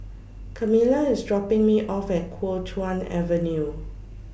Camila IS dropping Me off At Kuo Chuan Avenue